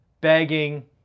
begging